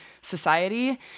society